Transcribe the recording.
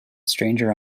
stranger